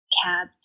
cab